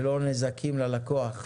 ללא נזקים ללקוח.